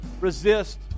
resist